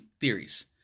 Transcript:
theories